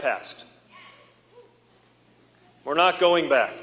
past we're not going back